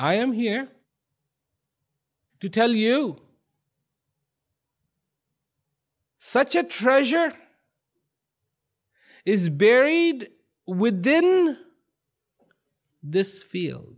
i am here to tell you such a treasure is buried within this field